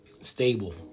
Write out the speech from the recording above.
stable